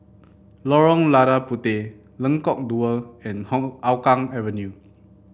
Lorong Lada Puteh Lengkok Dua and Hougang Avenue